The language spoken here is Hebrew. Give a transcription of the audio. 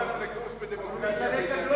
אולי צריך קורס בדמוקרטיה בירדן,